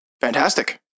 fantastic